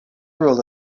rule